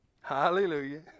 Hallelujah